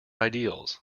ideals